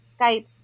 Skype